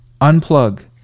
unplug